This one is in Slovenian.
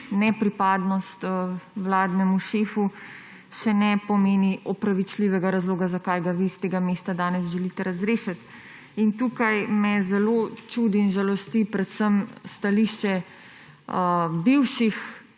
nepripadnost vladnemu šefu še ne pomeni opravičljivega razloga, zakaj ga vi s tega mesta danes želite razrešiti. Tukaj me zelo čudi in žalosti predvsem stališče bivših